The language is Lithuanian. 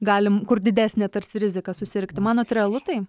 galim kur didesnė tarsi rizika susirgti manot realu tai